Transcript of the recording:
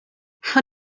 how